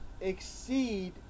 exceed